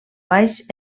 baix